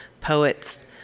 poets